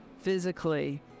physically